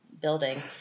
building